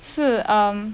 是 um